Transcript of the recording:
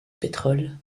pétrole